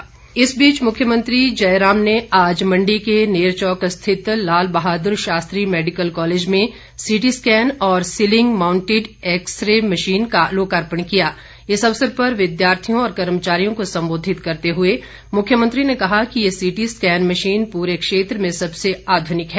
जयराम इस बीच मुख्यमंत्री जयराम ने आज मंडी के नेरचौक स्थित लाल बहादुर शास्त्री मैडिकल कॉलेज में सीटीस्कैन और ceiling mounted x ray machine का लोकार्पण किया इस अवसर पर विद्याार्थियों और कर्मचारियो को संबोधित करते हए मुख्यमंत्री ने कहा कि यह सिटी स्कैन मशीन पूरे क्षेत्र में सबसे आध्निक है